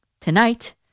tonight